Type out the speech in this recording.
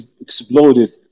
exploded